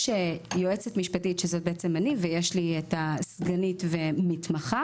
יש יועצת משפטית שזאת אני ויש לי סגנית ומתמחה.